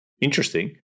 interesting